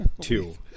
Two